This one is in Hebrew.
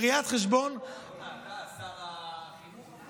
אתה הפכת להיות שר החינוך?